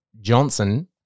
Johnson